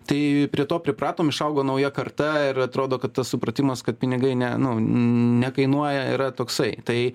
tai prie to pripratom išaugo nauja karta ir atrodo kad tas supratimas kad pinigai ne nu nekainuoja yra toksai tai